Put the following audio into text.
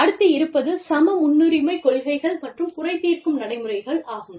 அடுத்து இருப்பது சம முன்னுரிமை கொள்கைகள் மற்றும் குறை தீர்க்கும் நடைமுறைகள் ஆகும்